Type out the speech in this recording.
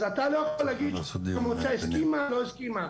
אז אתה לא יכול להגיד המועצה הסכימה או לא הסכימה.